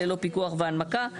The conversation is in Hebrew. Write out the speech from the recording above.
ללא פיקוח והנמקה.